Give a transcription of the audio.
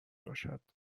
باشد